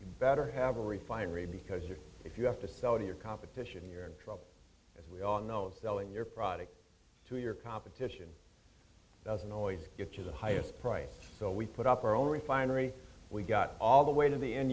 oil better have a refinery because you're if you have to sell your competition you're in trouble as we all know selling your product to your competition doesn't always get to the highest price so we put up our own refinery we got all the way to the end